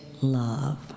love